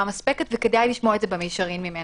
מספקת וכדאי לשמוע את זה במישרין ממנה.